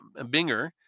Binger